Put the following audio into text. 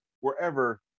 wherever